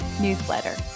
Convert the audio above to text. newsletter